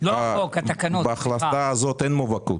אין מובהקות.